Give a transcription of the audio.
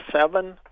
seven